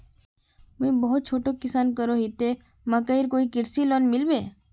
मुई बहुत छोटो किसान करोही ते मकईर कोई कृषि लोन मिलबे?